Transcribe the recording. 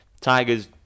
Tiger's